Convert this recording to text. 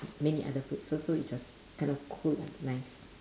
many other foods so so it was kind of cool nice